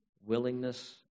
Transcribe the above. willingness